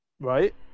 right